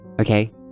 Okay